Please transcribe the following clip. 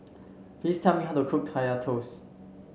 please tell me how to cook Kaya Toast